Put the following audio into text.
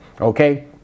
Okay